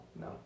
No